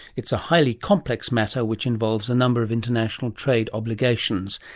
it's a highly complex matter which involves a number of international trade obligations,